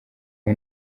aho